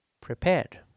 prepared